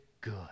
good